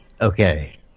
Okay